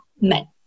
men